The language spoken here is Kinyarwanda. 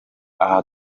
aha